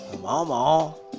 mama